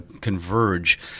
converge